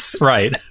Right